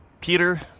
Peter